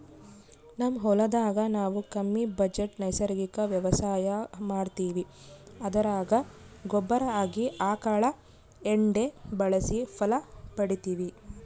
ನಮ್ ಹೊಲದಾಗ ನಾವು ಕಮ್ಮಿ ಬಜೆಟ್ ನೈಸರ್ಗಿಕ ವ್ಯವಸಾಯ ಮಾಡ್ತೀವಿ ಅದರಾಗ ಗೊಬ್ಬರ ಆಗಿ ಆಕಳ ಎಂಡೆ ಬಳಸಿ ಫಲ ಪಡಿತಿವಿ